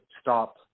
stop